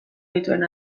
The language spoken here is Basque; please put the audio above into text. dituen